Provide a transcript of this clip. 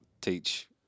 teach